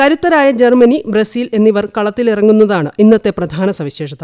കരുത്തരായ Germany Brazil എന്നിവർ കളത്തിലിറങ്ങുന്നതാണ് ഇന്നത്തെ പ്രധാന സവിശേഷത